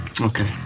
Okay